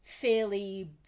fairly